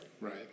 Right